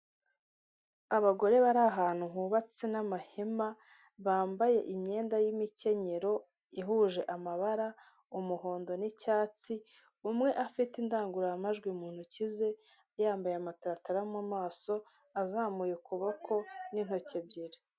Abagore bari ahantu hubatswe n'amahema bambaye imyenda y'imikenyero ihuje amabara umuhondo n'icyatsi, umwe afite indangururamajwi mu ntoki ze yambaye amataratara mu maso azamuye ukuboko n'intoki ebyiri.